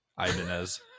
Ibanez